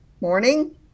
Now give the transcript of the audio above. morning